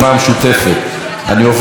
יחיא,